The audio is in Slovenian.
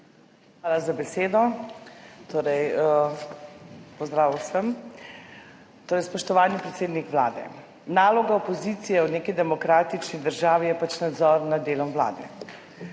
Hvala za besedo. Pozdrav vsem! Spoštovani predsednik Vlade! Naloga opozicije v neki demokratični državi je nadzor nad delom vlade.